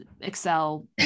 excel